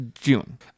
June